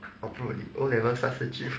O level 三十九分